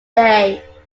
day